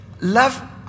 love